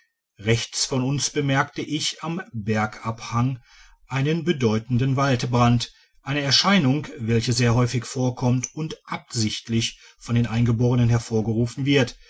rechts von uns bemerkte ich am bergabhang einen bedeutenden waldbrand eine erscheinung welche sehr häufig vorkommt und absichtlich von den eingeborenen hervorgerufen wird